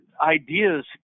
ideas